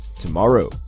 tomorrow